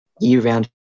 year-round